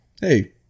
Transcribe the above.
hey –